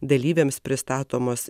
dalyviams pristatomas